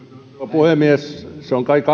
puhemies se on kai